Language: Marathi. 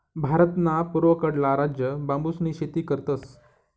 भारतना पूर्वकडला राज्य बांबूसनी शेती करतस